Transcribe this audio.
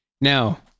Now